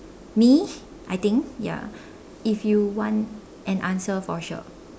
me I think ya if you want an answer for sure